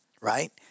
right